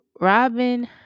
Robin